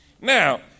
Now